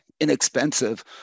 Inexpensive